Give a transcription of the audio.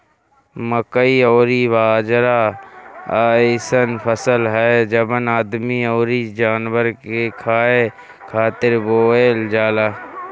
मकई अउरी बाजरा अइसन फसल हअ जवन आदमी अउरी जानवर के खाए खातिर बोअल जाला